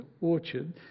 orchard